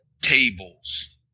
Tables